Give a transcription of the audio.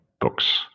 books